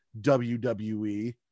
WWE